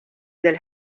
del